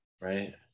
right